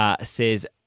says